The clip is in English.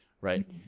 right